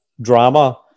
drama